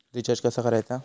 Recharge कसा करायचा?